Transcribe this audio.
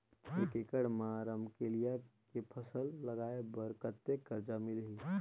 एक एकड़ मा रमकेलिया के फसल लगाय बार कतेक कर्जा मिलही?